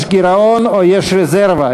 יש גירעון או יש רזרבה,